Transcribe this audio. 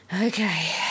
Okay